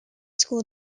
school